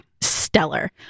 stellar